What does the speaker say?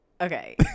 Okay